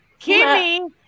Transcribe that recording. Kimmy